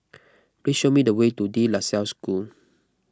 please show me the way to De La Salle School